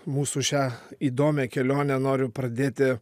mūsų šią įdomią kelionę noriu pradėti